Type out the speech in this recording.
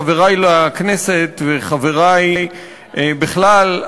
חברי לכנסת וחברי בכלל,